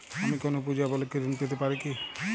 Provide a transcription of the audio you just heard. আমি কোনো পূজা উপলক্ষ্যে ঋন পেতে পারি কি?